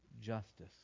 justice